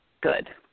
good